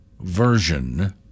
version